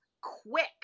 quick